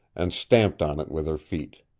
and stamped on it with her feet.